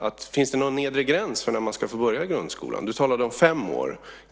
att det finns en nedre gräns för när man ska få börja i grundskolan? Du talade om fem år.